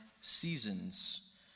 seasons